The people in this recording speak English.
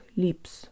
lips